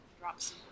drops